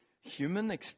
human